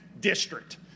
District